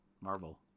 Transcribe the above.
marvel